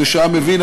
מפני שאם היה מבין,